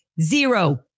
zero